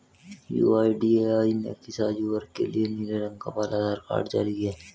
UIDAI ने किस आयु वर्ग के लिए नीले रंग का बाल आधार कार्ड जारी किया है?